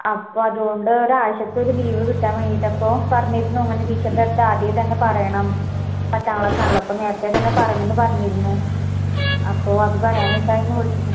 അപ്പം അത്കൊണ്ട് ഒരാഴ്ച്ചത്തെ ഒരു ലീവ് കിട്ടാൻ വേണ്ടീട്ട് അപ്പോൾ പറഞ്ഞിരുന്നു അങ്ങനെ ടീച്ചറിൻ്റെ അടുത്ത് ആദ്യമേ തന്നെ പറയണം പത്താം ക്ലാസ്സാണല്ലൊ അപ്പോൾ നേരത്തെ തന്നെ പറയണോന്ന് പറഞ്ഞിരുന്നു അപ്പോൾ അത് പറയാൻ വേണ്ടീട്ടായിരുന്നു വിളിച്ചത്